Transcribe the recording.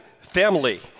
family